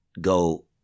go